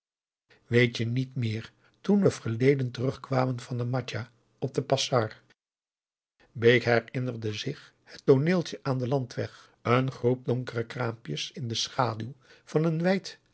weet je niet meer toen we verleden terugkwamen van madja op de pasar bake herinnerde zich het tooneeltje aan den landweg een groep donkere kraampjes in de schaduw van een wijd uitgegroeiden